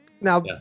Now